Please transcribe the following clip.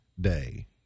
day